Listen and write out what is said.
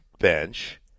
bench